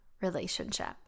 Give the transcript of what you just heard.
relationship